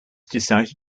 decided